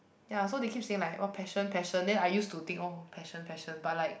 ya so they keep saying like !wah! passion passion then I use to think oh passion passion but like